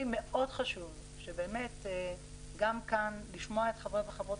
לי מאוד חשוב באמת גם כאן לשמוע את חברי וחברות